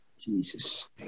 Jesus